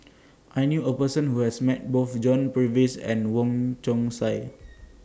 I knew A Person Who has Met Both John Purvis and Wong Chong Sai